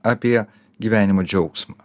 apie gyvenimo džiaugsmą